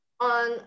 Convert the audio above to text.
on